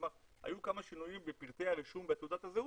כלומר היו כמה שינויים בפרטי הרישום בתעודת הזהות,